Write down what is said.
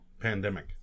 pandemic